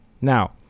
Now